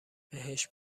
بهش